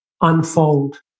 unfold